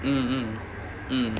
mm mm mm